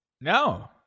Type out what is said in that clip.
No